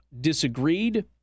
disagreed